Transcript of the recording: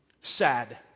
sad